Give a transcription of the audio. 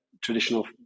traditional